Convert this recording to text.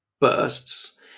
bursts